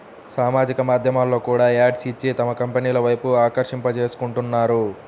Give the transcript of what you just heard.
సామాజిక మాధ్యమాల్లో కూడా యాడ్స్ ఇచ్చి తమ కంపెనీల వైపు ఆకర్షింపజేసుకుంటున్నారు